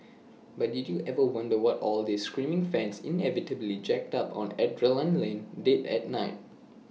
but did you ever wonder what all these screaming fans inevitably jacked up on adrenaline did at night